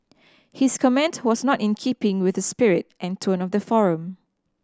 his comment was not in keeping with the spirit and tone of the forum